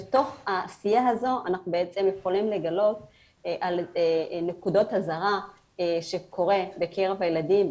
שתוך העשייה הזו אנחנו בעצם יכולים לגלות נקודות אזהרה בקרב הילדים,